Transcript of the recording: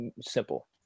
simple